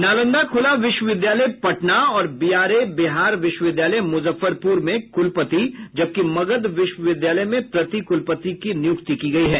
नालंदा खूला विश्वविद्यालय पटना और बीआरए बिहार विश्वविद्यालय मुजफ्फरपुर में कुलपति जबकि मगध विश्वविद्यालय में प्रति कुलपति की नियुक्ति की गयी है